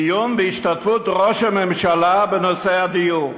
דיון בהשתתפות ראש הממשלה בנושא הדיור.